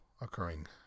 Occurring